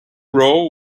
row